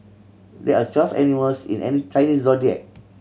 there are just animals in an Chinese Zodiac